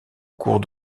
cours